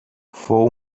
fou